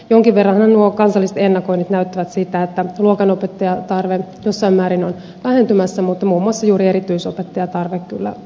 jonkin verranhan nuo kansalliset ennakoinnit näyttävät sitä että luokanopettajatarve jossain määrin on vähentymässä mutta muun muassa juuri erityisopettajatarve kyllä lisääntyy